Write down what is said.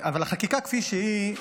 אבל החקיקה כפי שהיא,